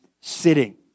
sitting